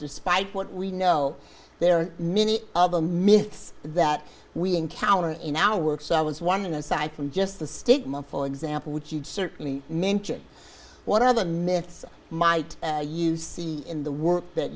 despite what we know there are many of the myths that we encounter in our work so i was wondering aside from just the stigma for example which you'd certainly mention what other myths might you see in the work that